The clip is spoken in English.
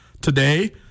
today